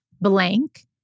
blank